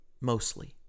mostly